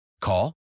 Call